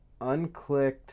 Unclicked